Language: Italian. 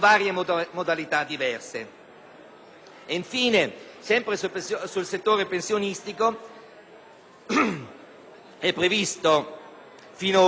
Ancora sul settore pensionistico, è previsto finora che i